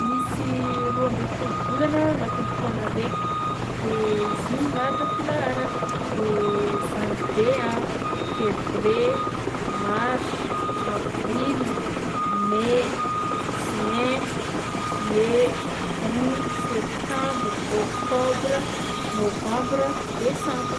Misy roa amby folo volana agnatin'ny taona raiky de izy io milahatra filaharany de: janvier a, février, mars, avril, may, juin, juillet, août, septembre, octobre, novembre, décembre.